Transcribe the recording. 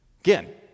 Again